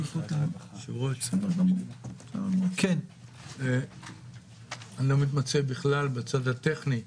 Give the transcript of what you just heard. היושב-ראש, אני לא מתמצא בכלל בצד הטכני,